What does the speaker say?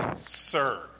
Sir